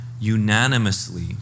unanimously